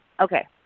okay